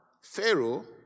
Pharaoh